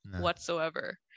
whatsoever